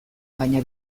baina